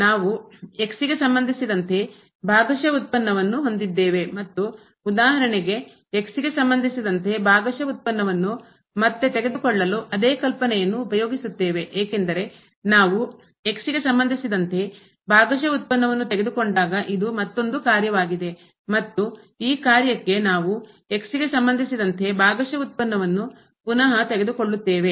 ನಾವು x ಗೆ ಸಂಬಂಧಿಸಿದಂತೆ ಭಾಗಶಃ ವ್ಯುತ್ಪನ್ನವನ್ನು ಹೊಂದಿದ್ದೇವೆ ಮತ್ತು ಉದಾಹರಣೆಗೆ x ಗೆ ಸಂಬಂಧಿಸಿದಂತೆ ಭಾಗಶಃ ವ್ಯುತ್ಪನ್ನವನ್ನು ಮತ್ತೆ ತೆಗೆದುಕೊಳ್ಳಲು ಅದೇ ಕಲ್ಪನೆಯನ್ನು ಉಪಯೋಗಿಸುತ್ತೇವೆ ಏಕೆಂದರೆ ನಾವು x ಗೆ ಸಂಬಂಧಿಸಿದಂತೆ ಭಾಗಶಃ ಉತ್ಪನ್ನವನ್ನು ತೆಗೆದುಕೊಂಡಾಗ ಇದು ಮತ್ತೊಂದು ಕಾರ್ಯವಾಗಿದೆ ಮತ್ತು ಈ ಕಾರ್ಯಕ್ಕೆ ನಾವು x ಗೆ ಸಂಬಂಧಿಸಿದಂತೆ ಭಾಗಶಃ ವ್ಯುತ್ಪನ್ನವನ್ನು ಪುನಹ ತೆಗೆದುಕೊಳ್ಳುತ್ತೇವೆ